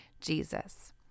Jesus